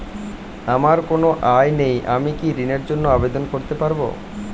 আমার কোনো আয় নেই আমি কি ঋণের জন্য আবেদন করতে পারব?